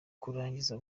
kurangiza